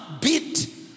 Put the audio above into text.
beat